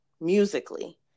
musically